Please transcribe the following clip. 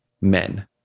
men